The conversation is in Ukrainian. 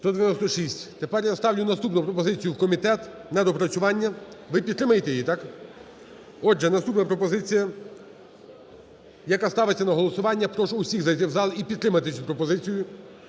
За-196 Тепер я ставлю наступну пропозицію – в комітет на доопрацювання. Ви підтримаєте її, так? Отже, наступна пропозиція, яка ставиться на голосування – прошу всіх зайти в зал і підтримати цю пропозицію